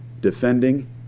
defending